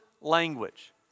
language